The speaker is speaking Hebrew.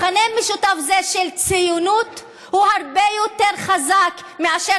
מכנה משותף זה של ציונות הוא הרבה יותר חזק מאשר